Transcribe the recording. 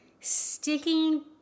sticking